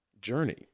journey